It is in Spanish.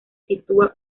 sitúa